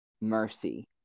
mercy